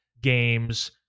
games